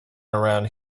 around